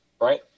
right